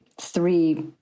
three